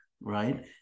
right